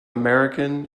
american